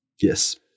Yes